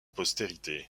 postérité